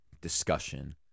discussion